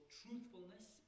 truthfulness